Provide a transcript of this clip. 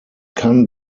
kann